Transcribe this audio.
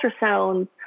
ultrasounds